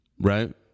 Right